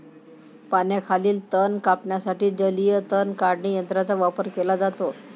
पाण्याखालील तण कापण्यासाठी जलीय तण काढणी यंत्राचा वापर केला जातो